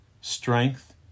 strength